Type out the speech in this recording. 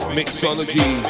Mixology